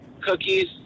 cookies